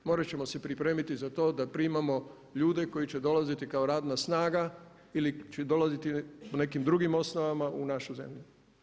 Morat ćemo se pripremiti za to da primamo ljude koji će dolaziti kao radna snaga ili će dolaziti po nekim drugim osnovama u našu zemlju.